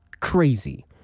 crazy